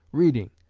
reading.